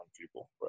people